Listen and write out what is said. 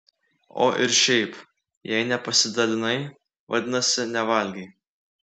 o ir šiaip jei nepasidalinai vadinasi nevalgei